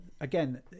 again